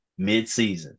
midseason